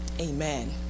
Amen